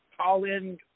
call-in